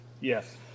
Yes